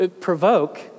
Provoke